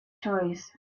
choice